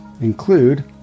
include